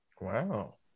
wow